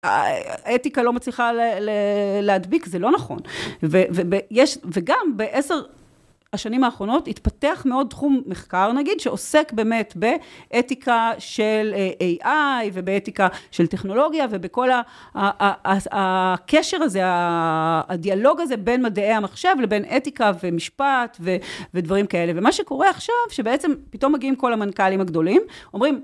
האתיקה לא מצליחה להדביק, זה לא נכון, וגם בעשר השנים האחרונות התפתח מאוד תחום מחקר נגיד, שעוסק באמת באתיקה של AI ובאתיקה של טכנולוגיה, ובכל הקשר הזה, הדיאלוג הזה בין מדעי המחשב לבין אתיקה ומשפט ודברים כאלה, ומה שקורה עכשיו, שבעצם פתאום מגיעים כל המנכלים הגדולים, אומרים...